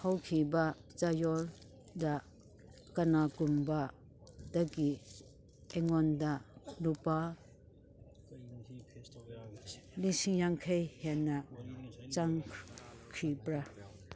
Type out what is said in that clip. ꯍꯧꯈꯤꯕ ꯆꯌꯣꯜꯗ ꯀꯅꯥꯒꯨꯝꯕꯗꯒꯤ ꯑꯩꯉꯣꯟꯗ ꯂꯨꯄꯥ ꯂꯤꯁꯤꯡ ꯌꯥꯡꯈꯩ ꯍꯦꯟꯅ ꯆꯪꯈꯤꯕ꯭ꯔ